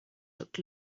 looked